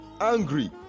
angry